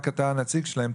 פשוט אתה הנציג שלהם כאן,